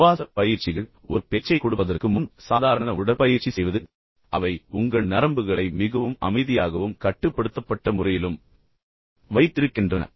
சுவாச பயிற்சிகள் ஒரு பேச்சைக் கொடுப்பதற்கு முன் சாதாரண உடற்பயிற்சி செய்வது அவை உங்கள் நரம்புகளை மிகவும் அமைதியாகவும் கட்டுப்படுத்தப்பட்ட முறையிலும் வைத்திருக்கின்றன